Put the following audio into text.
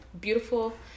Beautiful